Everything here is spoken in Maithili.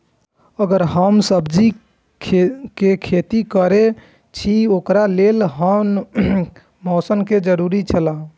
अगर हम सब्जीके खेती करे छि ओकरा लेल के हन मौसम के जरुरी छला?